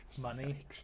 money